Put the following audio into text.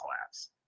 collapse